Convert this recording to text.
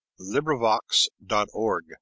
LibriVox.org